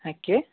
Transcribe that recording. হ্যাঁ কে